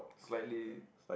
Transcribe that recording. slightly